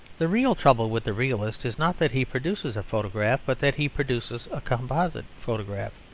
the real trouble with the realist is not that he produces a photograph, but that he produces a composite photograph.